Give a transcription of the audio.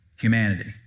humanity